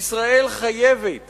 ישראל חייבת